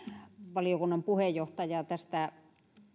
valiokunnan puheenjohtajaa